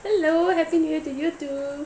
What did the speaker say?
hello happy new year to you too